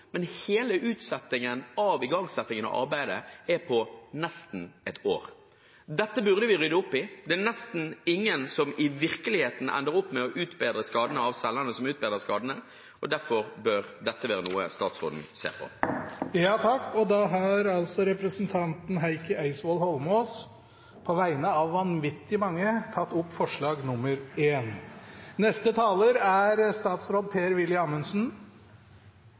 Men saken blir uansett den at pengene kommer på konto, men hele utsettingen av igangsettingen av arbeidet er på nesten ett år. Dette burde vi rydde opp i. Det er nesten ingen av selgerne som i virkeligheten ender opp med å utbedre skadene, og derfor bør dette være noe statsråden ser på. Representanten Heikki Eidsvoll Holmås har tatt opp forslaget han refererte til. Kjøp og salg av bolig er en